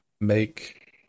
make